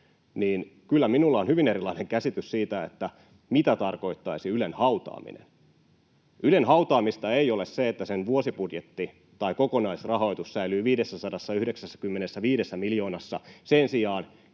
niin kyllä minulla on hyvin erilainen käsitys siitä, mitä tarkoittaisi Ylen hautaaminen. Ylen hautaamista ei ole se, että sen vuosibudjetti tai kokonaisrahoitus säilyy 595 miljoonassa sen sijaan,